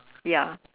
ya